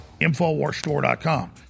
Infowarsstore.com